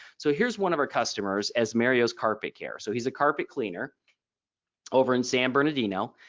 so here's one of our customers as mario's carpet care. so he's a carpet cleaner over in san bernardino.